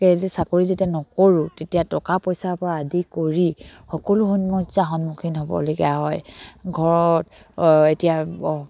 চাকৰি যেতিয়া নকৰোঁ তেতিয়া টকা পইচাৰ পৰা আদি কৰি সকলো সমস্যা সন্মুখীন হ'বলগীয়া হয় ঘৰত এতিয়া